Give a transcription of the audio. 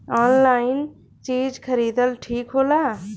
Online चीज खरीदल ठिक होला?